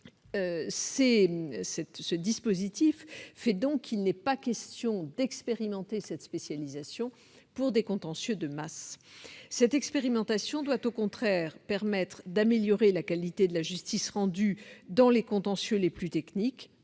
Ce dispositif fait donc qu'il n'est pas question d'expérimenter cette spécialisation pour des contentieux de masse. Cette expérimentation doit au contraire, en spécialisant les magistrats, permettre d'améliorer la qualité de la justice rendue dans les contentieux les plus techniques